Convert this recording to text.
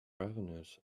revenues